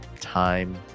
time